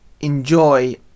enjoy